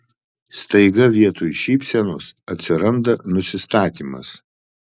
staiga vietoj šypsenos atsiranda nusistatymas